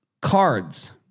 cards